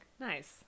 Nice